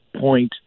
point